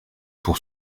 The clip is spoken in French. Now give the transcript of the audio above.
pour